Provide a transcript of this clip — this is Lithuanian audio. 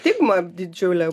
stigma didžiulė